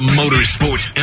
motorsports